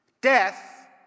Death